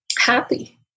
happy